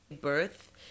birth